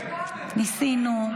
ניסינו.